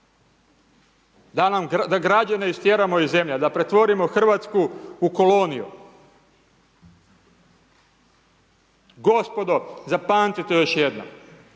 Da građane istjeramo iz zemlje, a da pretvorimo Hrvatsku u koloniju. Gospodo, zapamtite još jednom.